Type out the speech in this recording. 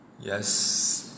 Yes